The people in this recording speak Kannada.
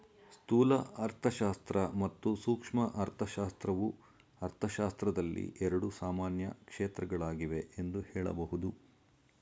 ಸ್ಥೂಲ ಅರ್ಥಶಾಸ್ತ್ರ ಮತ್ತು ಸೂಕ್ಷ್ಮ ಅರ್ಥಶಾಸ್ತ್ರವು ಅರ್ಥಶಾಸ್ತ್ರದಲ್ಲಿ ಎರಡು ಸಾಮಾನ್ಯ ಕ್ಷೇತ್ರಗಳಾಗಿವೆ ಎಂದು ಹೇಳಬಹುದು